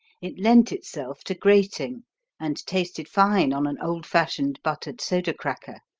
it lent itself to grating and tasted fine on an old-fashioned buttered soda cracker.